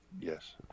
Yes